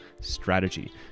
strategy